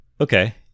Okay